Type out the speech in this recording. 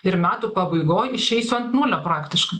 ir metų pabaigoj išeisiu ant nulio praktiškai